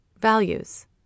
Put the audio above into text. values